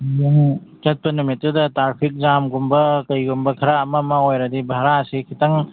ꯆꯠꯄ ꯅꯨꯃꯤꯠꯇꯨꯗ ꯇ꯭ꯔꯥꯐꯤꯛ ꯖꯥꯝꯒꯨꯝꯕ ꯀꯩꯒꯨꯝꯕ ꯈꯔ ꯑꯃ ꯑꯃ ꯑꯣꯏꯔꯗꯤ ꯚꯔꯥꯁꯤ ꯈꯤꯇꯪ